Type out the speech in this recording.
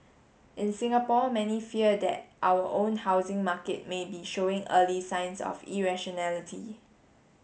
in Singapore many fear that our own housing market may be showing early signs of irrationality